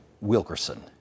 Wilkerson